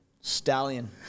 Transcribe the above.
Stallion